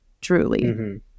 truly